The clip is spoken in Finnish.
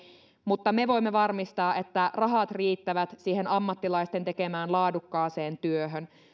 mutta me voimme varmistaa että rahat riittävät ammattilaisten tekemään laadukkaaseen työhön